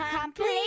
Complete